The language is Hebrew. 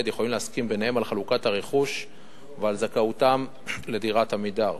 יכולים להסכים ביניהם על חלוקת הרכוש ועל זכאותם לדירת "עמידר",